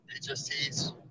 HSTs